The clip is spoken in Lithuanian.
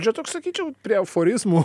čia toks sakyčiau prie aforizmų